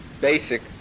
basic